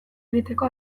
egiteko